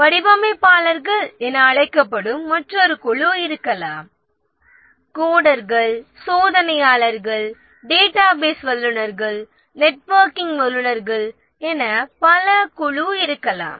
வடிவமைப்பாளர்கள் என அழைக்கப்படும் மற்றொரு குழு இருக்கலாம் கோடர்கள் சோதனையாளர்கள் டேட்டாபேஸ் வல்லுநர்கள் நெட்வொர்க்கிங் வல்லுநர்கள் என பல குழுக்கள் இருக்கலாம்